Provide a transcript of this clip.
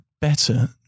better